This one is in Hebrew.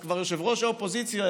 אז כבר יושב-ראש האופוזיציה,